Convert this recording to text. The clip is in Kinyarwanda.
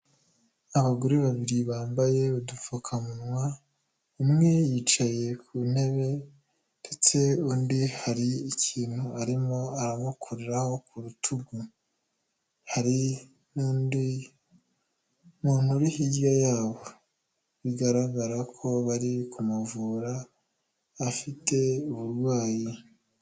Abagore babiri bambaye udupfukamunwa, umwe yicaye ku ntebe ndetse undi hari ikintu arimo aramukuriraho ku rutugu. Hari n'undi muntu uri hirya yabo, bigaragara ko bari kumuvura, afite uburwayi.